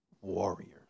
warriors